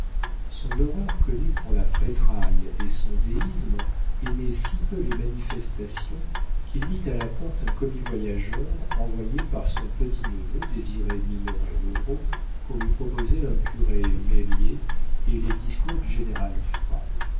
son horreur connue pour la prêtraille et son déisme aimaient si peu les manifestations qu'il mit à la porte un commis-voyageur envoyé par son petit-neveu désiré minoret levrault pour lui proposer un curé meslier et les discours du général foy